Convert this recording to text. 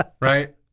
Right